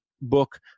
book